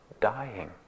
dying